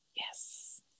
Yes